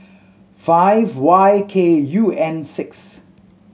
five Y K U N six